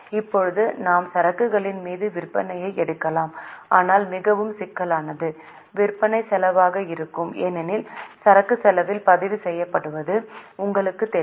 இப்போது நாம் சரக்குகளின் மீது விற்பனையை எடுக்கலாம் ஆனால் மிகவும் சிக்கலானது விற்பனை செலவாக இருக்கும் ஏனெனில் சரக்கு செலவில் பதிவு செய்யப்படுவது உங்களுக்குத் தெரியும்